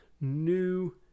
new